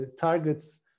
targets